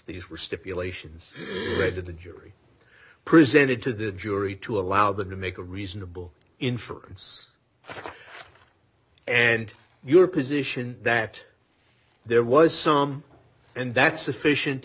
these were stipulations led to the jury presented to the jury to allow them to make a reasonable inference and your position that there was some and that's sufficient